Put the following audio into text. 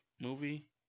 movie